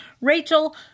Rachel